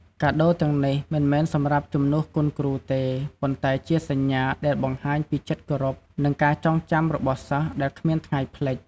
កាដូរទាំងនេះមិនមែនសម្រាប់ជំនួសគុណគ្រូទេ ប៉ុន្តែជាសញ្ញា ដែលបង្ហាញពីចិត្តគោរព និងការចងចាំរបស់សិស្ស ដែលគ្មានថ្ងៃភ្លេច។